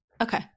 Okay